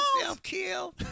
self-kill